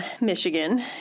Michigan